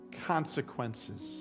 consequences